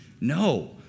No